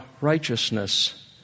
righteousness